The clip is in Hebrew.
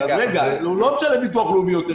אז הוא לא משלם ביטוח לאומי יותר.